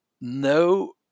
no